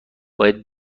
باید